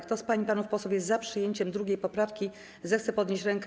Kto z pań i panów posłów jest za przyjęciem 2. poprawki, zechce podnieść rękę.